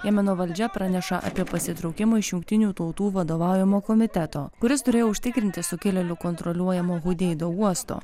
jemeno valdžia praneša apie pasitraukimą iš jungtinių tautų vadovaujamo komiteto kuris turėjo užtikrinti sukilėlių kontroliuojamo hudeido uosto